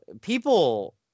people